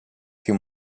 più